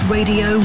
Radio